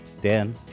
Dan